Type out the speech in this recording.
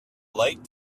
light